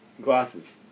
Glasses